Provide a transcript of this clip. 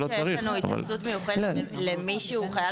צריך להגיד שיש לנו התייחסות מיוחדת למי שהוא חייל